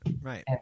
Right